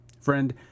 Friend